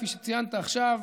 כפי שציינת עכשיו,